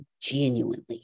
Genuinely